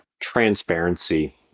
transparency